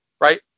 Right